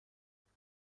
خیلی